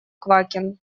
квакин